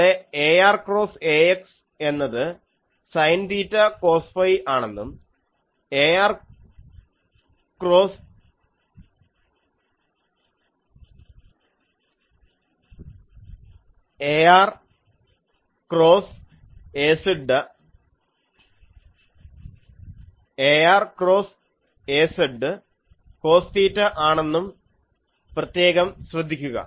അവിടെ ar cross ax എന്നത് sine theta cos phi ആണെന്നും ar cross az cos theta ആണെന്നും പ്രത്യേകം ശ്രദ്ധിക്കുക